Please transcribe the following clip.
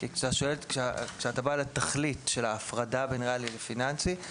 כשאתה בא לתכלית של ההפרדה בין ריאלי לפיננסי,